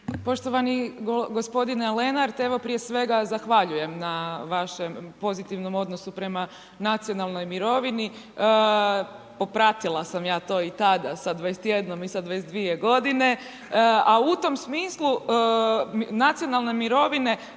Poštovani gospodine Lenart, evo prije svega zahvaljujem na vašem pozitivnom odnosu prema nacionalnoj mirovini. Popratila sam to i tada sa 21 i sa 22 godine. A u tom smislu, nacionalne mirovine